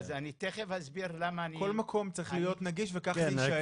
כל מקום צריך להיות נגיש וככה זה יישאר.